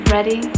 Ready